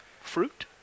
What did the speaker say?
Fruit